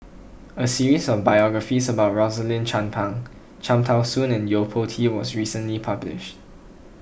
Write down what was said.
a series of biographies about Rosaline Chan Pang Cham Tao Soon and Yo Po Tee was recently published